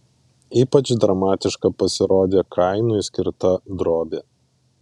ypač dramatiška pasirodė kainui skirta drobė